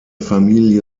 familie